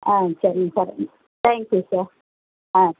ஆ சரிங்க சார் ம் thank you sir ah